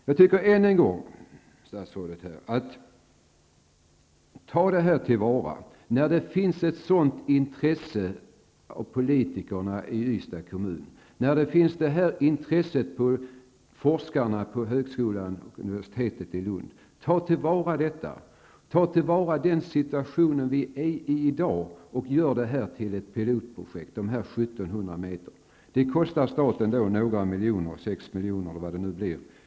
Ännu en gång vill jag säga till statsrådet: Ta till vara det intresse som finns hos politikerna i Ystads kommun och bland forskarna vid både högskolan och universitetet i Lund! Utnyttja den situation som vi i dag befinner oss i och gör ett pilotprojekt av den 1 700 meter långa sträcka som det här rör sig om! Det kostar staten några miljoner -- jag tror att det handlar om 6 miljoner.